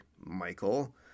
Michael